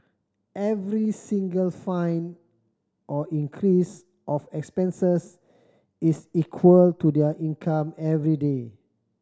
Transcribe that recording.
every single fine or increase of expenses is equal to their income everyday